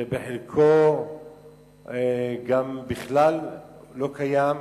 שבחלקו גם בכלל לא קיים,